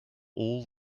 all